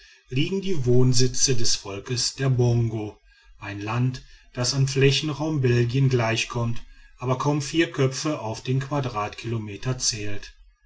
liegen die wohnsitze dieses volkes der bongo ein land das an flächenraum belgien gleichkommt aber kaum vier köpfe auf den quadratkilometer zählt